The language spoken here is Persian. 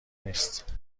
نیست